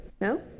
no